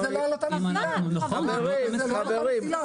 --- חברים, חברים.